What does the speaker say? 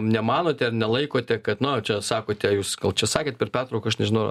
nemanote ar nelaikote kad nu čia sakote jūs gal čia sakėt per pertrauką aš nežinau